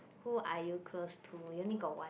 who are you close to you only got one